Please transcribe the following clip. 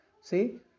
See